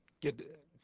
get